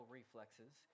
reflexes